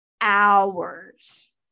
hours